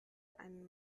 einen